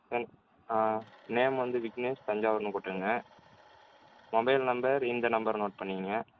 ஆ ஆ நேமு வந்து விக்னேஷ் தஞ்சாவூர்ன்னு போட்டுக்கங்க மொபைல் நம்பர் இந்த நம்பர் நோட் பண்ணிக்கிங்க